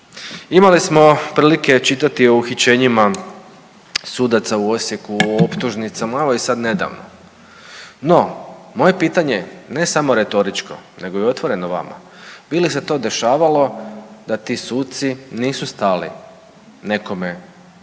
Imali smo prilike čitati o uhićenjima sudaca u Osijeku o optužnicama, a evo i sad nedavno, no moje pitanje ne samo retoričko nego i otvoreno vama, bili se to dešavalo da ti suci nisu stali nekome na